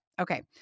okay